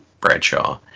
Bradshaw